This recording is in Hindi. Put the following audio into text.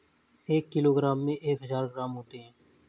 एक किलोग्राम में एक हजार ग्राम होते हैं